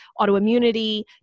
autoimmunity